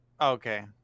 okay